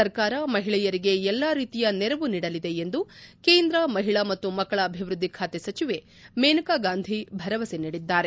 ಸರ್ಕಾರ ಮಹಿಳೆಯರಿಗೆ ಎಲ್ಲಾ ರೀತಿಯ ನೆರವು ನೀಡಲಿದೆ ಎಂದು ಕೇಂದ್ರ ಮಹಿಳಾ ಮತ್ತು ಮಕ್ಕಳ ಅಭಿವೃದ್ದಿ ಖಾತೆ ಸಚಿವೆ ಮನೇಕಾ ಗಾಂಧಿ ಭರವಸೆ ನೀಡಿದ್ದಾರೆ